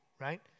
right